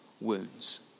wounds